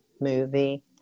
movie